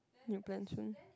need to plan soon